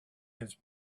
his